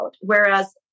Whereas